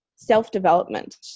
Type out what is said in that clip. self-development